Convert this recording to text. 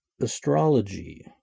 astrology